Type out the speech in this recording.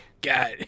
God